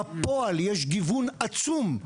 בפועל יש גיוון עצום,